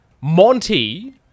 Monty